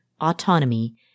autonomy